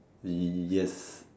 yes